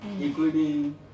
including